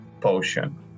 potion